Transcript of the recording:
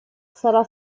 sarà